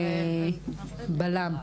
בל"מ.